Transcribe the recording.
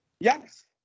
Yes